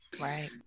right